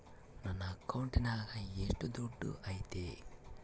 ನನ್ನ ಅಕೌಂಟಿನಾಗ ಎಷ್ಟು ದುಡ್ಡು ಐತಿ?